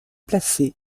placé